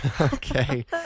okay